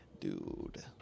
Dude